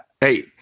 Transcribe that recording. Hey